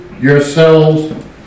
yourselves